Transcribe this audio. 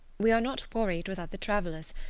we are not worried with other travellers,